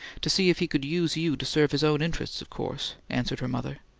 to see if he could use you to serve his own interests, of course, answered her mother.